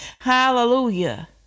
Hallelujah